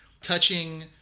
Touching